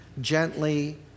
gently